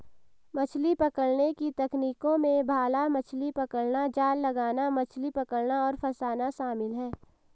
मछली पकड़ने की तकनीकों में भाला मछली पकड़ना, जाल लगाना, मछली पकड़ना और फँसाना शामिल है